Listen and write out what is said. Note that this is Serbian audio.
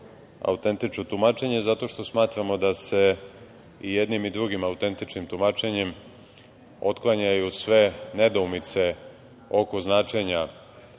autentično tumačenje zato što smatramo da se i jednim i drugim autentičnim tumačenjem otklanjaju sve nedoumice oko značenja